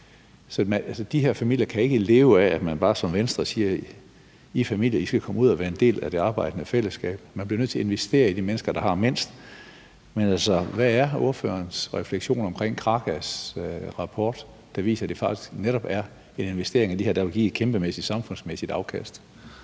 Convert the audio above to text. De her familier kan ikke leve af, at man bare, som Venstre gør, siger, at I familier skal komme ud og være en del af det arbejdende fællesskab. Man bliver nødt til at investere i de mennesker, der har mindst. Men altså, hvad er ordførerens refleksioner omkring Krakas rapport, der viser, at det faktisk netop er en investering i de her mennesker, der vil give et kæmpemæssigt samfundsmæssigt afkast?